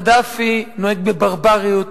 קדאפי נוהג בברבריות,